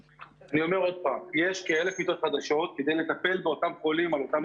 יש 350 תקנים שיש עליהם דיון עם